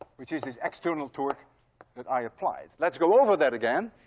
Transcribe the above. which is this external torque that i applied. let's go over that again.